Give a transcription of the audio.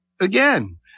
again